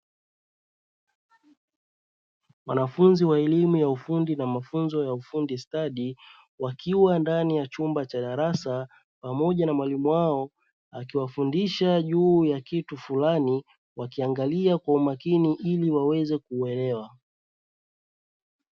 Wanafunzi wa elimu ya ufundi na mafunzo ya ufundi stadi wakiwa ndani ya chumba cha darasa pamoja na mwalimu wao akiwafundisha juu ya kitu fulani wakiangalia kwa umakini ili waweze kuelewa.